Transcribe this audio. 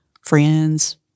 friends